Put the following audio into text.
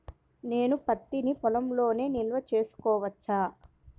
నేను పత్తి నీ పొలంలోనే నిల్వ చేసుకోవచ్చా?